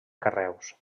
carreus